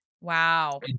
Wow